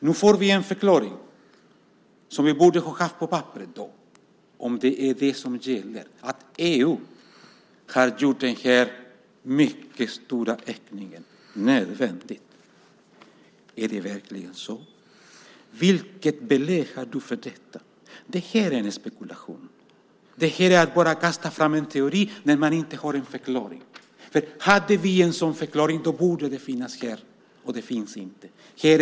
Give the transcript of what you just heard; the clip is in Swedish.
Nu får vi en förklaring, som vi borde ha haft på papper då, nämligen att - om det nu är det som gäller - EU har gjort den här mycket stora ökningen nödvändig. Är det verkligen så? Vilket belägg har du för detta? Det här är en spekulation. Det här är att bara kasta fram en teori när man inte har en förklaring. Hade vi en förklaring borde den finnas med i betänkandet, men det finns ingen sådan.